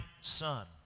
Son